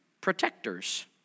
protectors